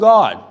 God